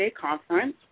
Conference